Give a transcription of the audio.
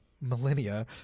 millennia